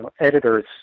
editors